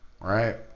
right